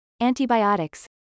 antibiotics